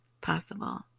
possible